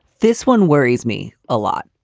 this one worries me a lot.